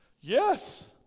Yes